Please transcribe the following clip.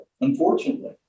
unfortunately